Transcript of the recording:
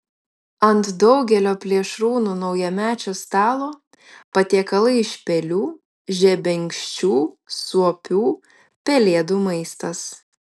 ant daugelio plėšrūnų naujamečio stalo patiekalai iš pelių žebenkščių suopių pelėdų maistas